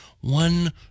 One